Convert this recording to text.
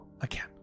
again